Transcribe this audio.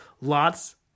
Lots